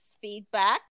feedback